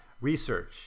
research